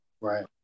Right